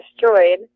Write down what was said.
destroyed